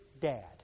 dad